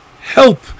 help